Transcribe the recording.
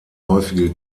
häufige